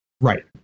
Right